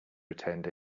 retained